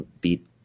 beat